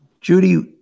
Judy